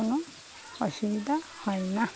কোনো অসুবিধা হয় না